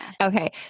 Okay